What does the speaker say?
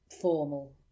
formal